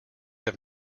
have